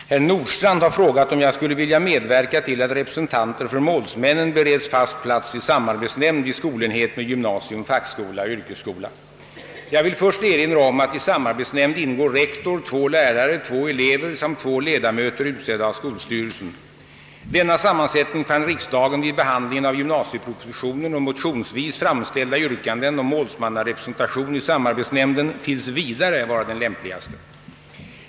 Herr talman! Herr Nordstrandh har frågat om jag skulle vilja medverka till att representanter för målsmännen be Jag vill först erinra om att i samarbetsnämnd ingår rektor, två lärare, två elever samt två ledamöter utsedda av skolstyrelsen. Denna sammansättning fann riksdagen vid behandlingen av gymnasiepropositionen och motionsvis framställda yrkanden om målsmannarepresentation i samarbetsnämnden tills vidare vara den lämpligaste.